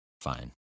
fine